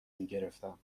میگرفتم